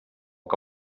que